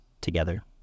together